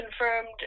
confirmed